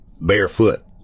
barefoot